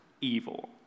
evil